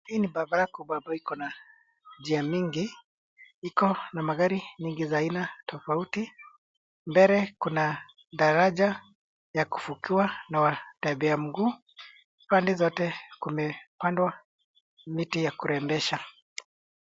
Hii ni barabara kubwa ambayo iko na njia mingi iko na magari mingi za aina tofauti. Mbele kuna daraja ya kuvukiwa na watembea mguu. Pande zote kumepandwa miti ya kurembesha.